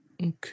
Okay